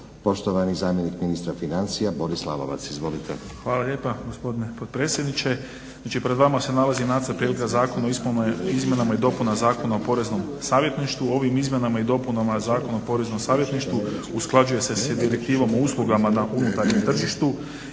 Poštovani zamjenik ministra financija Boris Lalovac. Izvolite. **Lalovac, Boris** Hvala lijepa gospodine potpredsjedniče. Znači pred vama se nalazi Nacrt prijedloga Zakona o Izmjenama i dopunama Zakona o poreznom savjetništvu. Ovim Izmjenama i dopunama Zakona o poreznom savjetništvu usklađuje se sa direktivom o uslugama na unutarnjem tržištu.